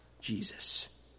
Jesus